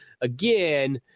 again